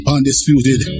Undisputed